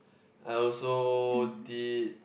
I also did